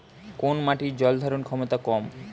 কোন মাটির জল ধারণ ক্ষমতা কম?